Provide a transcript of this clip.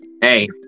Hey